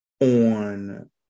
on